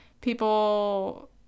people